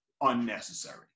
unnecessary